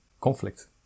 conflict